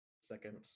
Second